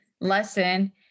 lesson